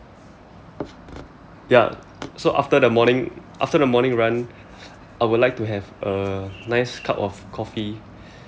ya so after the morning after the morning run I would like to have a nice cup of coffee